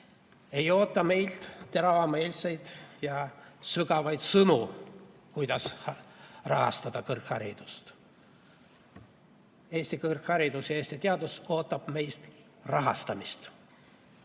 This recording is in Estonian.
ei oota meilt teravmeelseid ja sügavaid sõnu, kuidas rahastada kõrgharidust. Eesti kõrgharidus ja teadus ootavad meilt rahastamist.